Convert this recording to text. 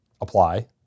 Apply